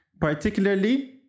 particularly